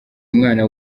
umwana